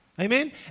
Amen